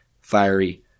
fiery